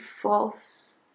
false